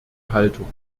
haltung